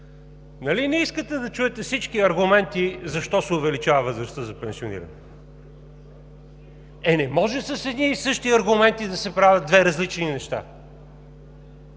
не искате да чуете всички аргументи защо се увеличава възрастта за пенсиониране? Е, не може с едни и същи аргументи да се правят две различни неща.